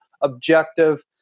objective